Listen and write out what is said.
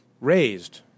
raised